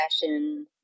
fashion